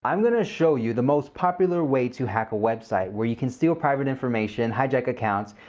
i'm gonna show you the most popular way to hack a website where you can steal private information, hijack accounts,